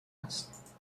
است